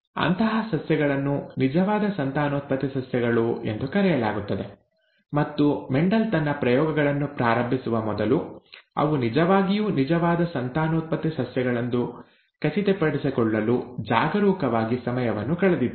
ಅಂತಹ ಸಸ್ಯಗಳನ್ನು ನಿಜವಾದ ಸಂತಾನೋತ್ಪತ್ತಿ ಸಸ್ಯಗಳು ಎಂದು ಕರೆಯಲಾಗುತ್ತದೆ ಮತ್ತು ಮೆಂಡೆಲ್ ತನ್ನ ಪ್ರಯೋಗಗಳನ್ನು ಪ್ರಾರಂಭಿಸುವ ಮೊದಲು ಅವು ನಿಜವಾಗಿಯೂ ನಿಜವಾದ ಸಂತಾನೋತ್ಪತ್ತಿ ಸಸ್ಯಗಳೆಂದು ಖಚಿತಪಡಿಸಿಕೊಳ್ಳಲು ಜಾಗರೂಕವಾಗಿ ಸಮಯವನ್ನು ಕಳೆದಿದ್ದರು